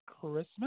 Christmas